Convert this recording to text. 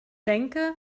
denke